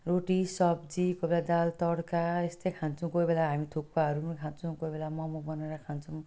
रोटी सब्जी कोही बेला दाल तड्का यस्तै खान्छौँ कोही बेला हामी थुक्पाहरू पनि खान्छौँ कोही बेला मम बनाएर खान्छौँ